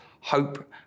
hope